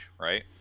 right